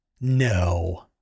No